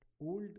old